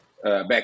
Back